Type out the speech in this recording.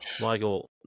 Michael